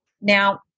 Now